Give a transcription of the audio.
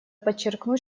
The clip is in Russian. подчеркнуть